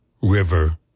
River